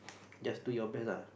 just do your best uh